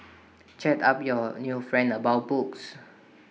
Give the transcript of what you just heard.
chat up your new friend about books